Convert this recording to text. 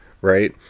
right